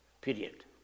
Period